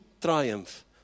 triumph